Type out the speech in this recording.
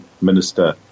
minister